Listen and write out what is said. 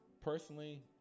Personally